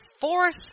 fourth